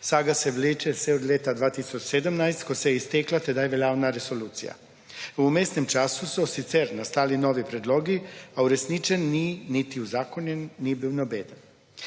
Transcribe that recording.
Saga se vleče vse od leta 2017, ko se je iztekla tedaj veljavna resolucija. V umestnem času so sicer nastali novi predlogi a uresničen ni niti uzakonjen ni bil nobeden.